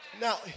Now